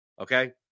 okay